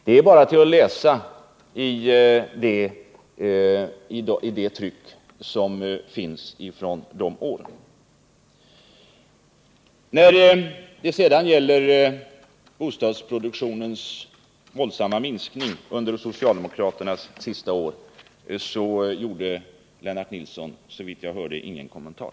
Det är bara att läsa i det tryck som finns från de åren. När det gäller bostadsproduktionens våldsamma minskning under socialdemokraternas sista år gjorde Lennart Nilsson, såvitt jag hörde rätt, ingen kommentar.